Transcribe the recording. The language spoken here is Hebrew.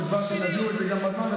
בתקווה שהם יביאו את זה גם בזמן,